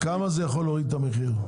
בכמה זה יכול להוריד את המחיר?